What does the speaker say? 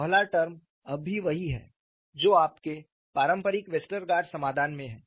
पहला टर्म अभी भी वही है जो आपके पारंपरिक वेस्टरगार्ड समाधान में है